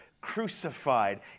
crucified